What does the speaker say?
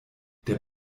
der